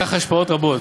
לכך השפעות רבות,